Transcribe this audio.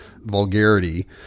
vulgarity